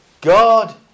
God